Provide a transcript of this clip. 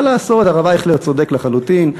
מה לעשות, הרב אייכלר צודק לחלוטין.